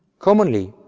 commonly,